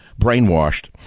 brainwashed